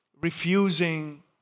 refusing